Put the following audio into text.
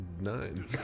nine